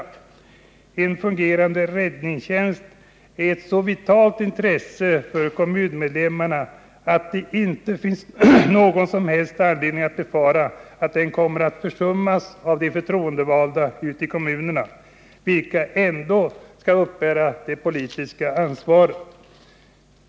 En fungerande räddningstjänst är ett så vitalt intresse för kommunmedlemmarna att det inte finns någon som helst anledning att befara att den kommer att försummas av de förtroendevalda i kommunerna, vilka ändå skall uppbära det politiska ansvaret.